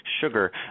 sugar